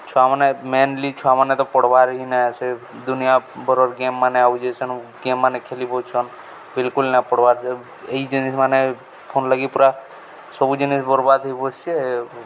ଛୁଆମାନେ ମେନ୍ଲି ଛୁଆମାନେ ତ ପଢ଼୍ବାର୍ ହିଁ ନାଇଁ ସେ ଦୁନିଆ ଭରର୍ ଗେମ୍ମାନେ ଆଉଛେ ସେନୁ ଗେମ୍ମାନେେ ଖେଲି ବସୁଛନ୍ ବିଲ୍କୁଲ୍ ନାଇଁ ପଢ଼୍ବାର୍ ଇ ଜିନିଷ୍ମାନେ ଫୋନ୍ଲାଗି ପୁରା ସବୁ ଜିନିଷ୍ ବର୍ବାଦ୍ ହେଇବସିଛେ